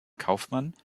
kaufmann